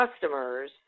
customers